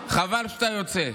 חבל שאתה יוצא,